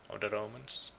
of the romans.